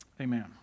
Amen